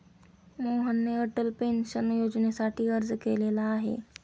मोहनने अटल पेन्शन योजनेसाठी अर्ज केलेला आहे